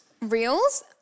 Reels